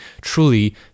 truly